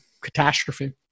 catastrophe